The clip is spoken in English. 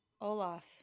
Olaf